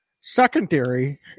secondary